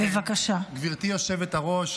גברתי היושבת-ראש,